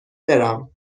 برم